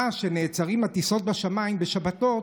מאז שנעצרות הטיסות בשמיים בשבתות,